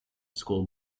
school